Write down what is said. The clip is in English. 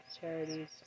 charities